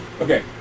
Okay